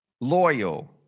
loyal